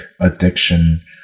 addiction